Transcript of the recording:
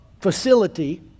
facility